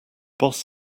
boss